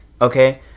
okay